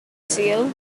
sul